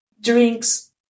drinks